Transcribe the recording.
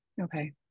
Okay